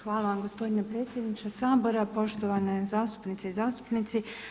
Hvala vam gospodine predsjedniče Sabora, poštovane zastupnice i zastupnici.